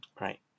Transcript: right